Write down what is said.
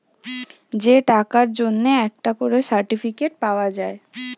যে টাকার জন্যে একটা করে সার্টিফিকেট পাওয়া যায়